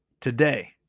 today